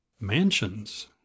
Mansions